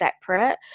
separate